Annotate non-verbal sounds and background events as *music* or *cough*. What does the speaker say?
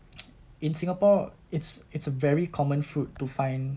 *noise* in singapore it's it's a very common fruit to find